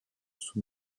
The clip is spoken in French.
sous